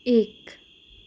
एक